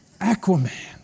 Aquaman